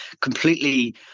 completely